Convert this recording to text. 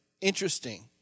interesting